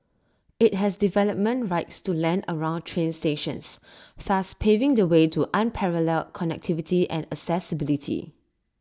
IT has development rights to land around train stations thus paving the way to unparalleled connectivity and accessibility